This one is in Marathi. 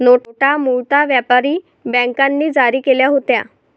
नोटा मूळतः व्यापारी बँकांनी जारी केल्या होत्या